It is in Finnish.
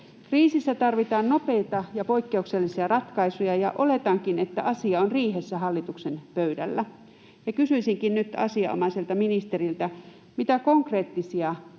Kriisissä tarvitaan nopeita ja poikkeuksellisia ratkaisuja, ja oletankin, että asia on riihessä hallituksen pöydällä. Kysyisinkin nyt asianomaiselta ministeriltä: mitä konkreettisia,